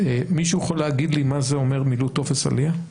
מישהו יכול להגיד לי מה זה אומר 'מילאו טופס עלייה'?